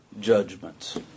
judgments